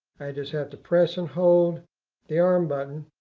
i just have to press and hold the arm button